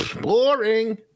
Boring